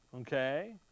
Okay